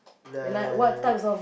like